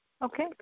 Okay